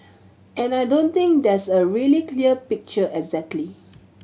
and I don't think there's a really clear picture exactly